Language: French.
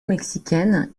mexicaine